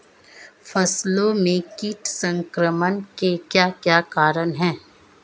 फसलों में कीट संक्रमण के क्या क्या कारण है?